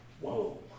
Whoa